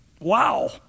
wow